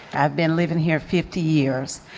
i've been living here fifty years.